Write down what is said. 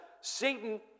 Satan